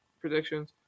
predictions